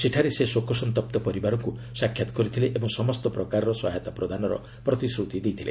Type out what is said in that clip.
ସେଠାରେ ସେ ଶୋକସନ୍ତପ୍ତ ପରିବାରକୁ ସାକ୍ଷାତ୍ କରିଥିଲେ ଓ ସମସ୍ତ ପ୍ରକାର ସହାୟତା ପ୍ରଦାନର ପ୍ରତିଶ୍ରତି ଦେଇଥିଲେ